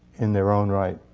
in their own right.